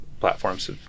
platforms